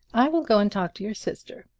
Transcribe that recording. i will go and talk to your sister.